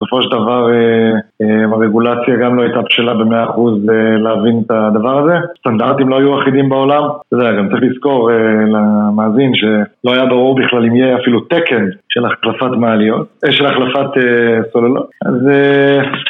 בסופו של דבר, הרגולציה גם לא הייתה בשלה ב-100% להבין את הדבר הזה, סטנדרטים לא היו אחידים בעולם. אתה יודע גם צריך לזכור, למאזין שלא היה ברור בכלל אם יהיה אפילו תקן של החלפת מעליות, אה, של החלפת סוללות אז...